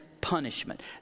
punishment